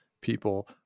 people